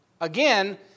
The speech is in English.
Again